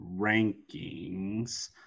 rankings